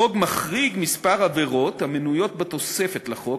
החוק מחריג מספר עבירות המנויות בתוספת לחוק,